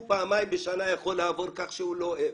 פעמים בשנה הוא יכול לעבור, כך שהוא לא עבד.